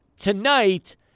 tonight